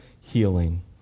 healing